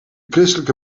christelijke